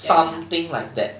something like that